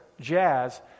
jazz